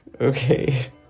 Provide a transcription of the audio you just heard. Okay